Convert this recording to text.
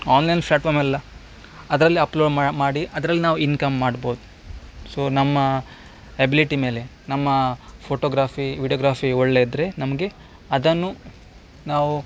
online platform ಎಲ್ಲ ಅದರಲ್ಲಿ upload ಮಾ ಮಾಡಿ ಅದ್ರಲ್ಲಿ ನಾವು ಇನ್ಕಮ್ ಮಾಡ್ಬೋದು ಸೊ ನಮ್ಮ ಎಬಿಲಿಟಿ ಮೇಲೆ ನಮ್ಮ ಫೋಟೋಗ್ರಫಿ ವಿಡ್ಯೋಗ್ರಫಿ ಒಳ್ಳೆದಿದ್ರೆ ನಮಗೆ ಅದನ್ನು ನಾವು